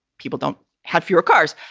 people don't have fewer cars.